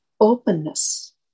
openness